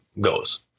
goes